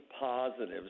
positives